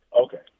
Okay